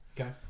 Okay